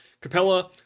Capella